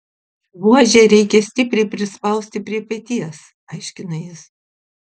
buožę reikia stipriai prispausti prie peties aiškina jis